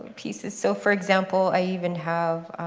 pieces. so, for example, i even have